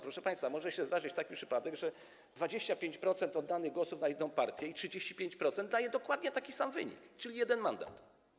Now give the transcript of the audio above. Proszę państwa, może się zdarzyć taki przypadek, że 25% oddanych głosów na jedną partię i 35% da dokładnie taki sam wynik, czyli 1 mandat.